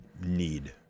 need